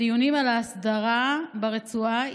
בדיונים על ההסדרה ברצועה,